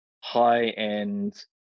high-end